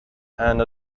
and